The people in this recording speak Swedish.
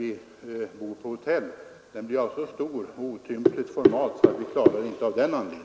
Det blir alltså så stort att vi av den anledningen inte kan godta det.